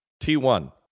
T1